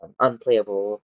unplayable